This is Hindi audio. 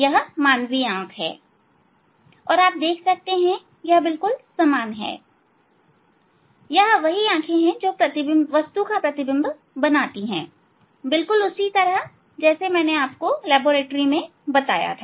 यह मानवीय आंख है और आप देख सकते हैं यह बिल्कुल समान है यह वही आंखें जो वस्तु का प्रतिबिंब बनाती है और बिल्कुल उसी तरह जैसे मैंने आपको हमारी प्रयोगशाला में बताया है